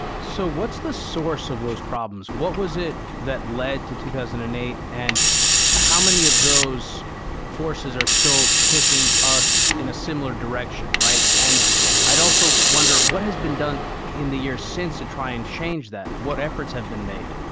so, what's the source of those problems? what was it that led to two thousand and eight and how many of those forces are still pushing us in a similar direction, right? and i'd also wonder what has been done in the years since to try and change that? what efforts have been made?